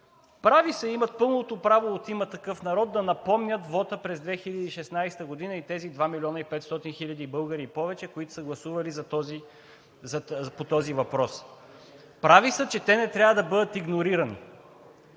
Прави са има, имат пълното право от „Има такъв народ“ да напомнят вота през 2016 г. и тези 2 млн. и 500 хил. българи и повече, които са гласували по този въпрос. Прави са, че те не трябва да бъдат игнорирани.